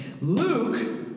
Luke